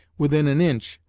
within an inch,